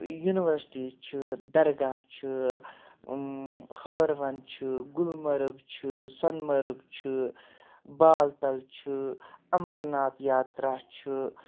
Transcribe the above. university چھِ درگاہ چھُ ہٲروَن چھُ گُلمرگ چھُ سۄنہٕ مَرگ چھُ بال تَل چھُ اَمرناتھ یاترا چھُ